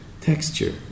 texture